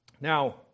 Now